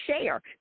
share